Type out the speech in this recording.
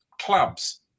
clubs